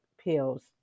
pills